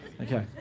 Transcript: Okay